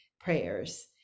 prayers